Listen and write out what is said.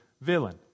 villain